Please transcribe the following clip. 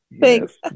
Thanks